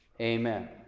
Amen